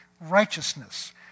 Righteousness